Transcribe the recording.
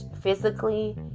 physically